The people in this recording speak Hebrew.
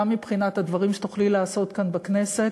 גם מבחינת הדברים שתוכלי לעשות כאן בכנסת.